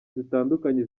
zitandukanye